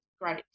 great